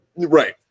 Right